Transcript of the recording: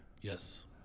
Yes